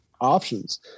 Options